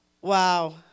Wow